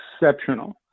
exceptional